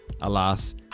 alas